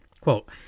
quote